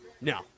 No